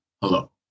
hello